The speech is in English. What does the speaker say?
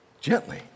Gently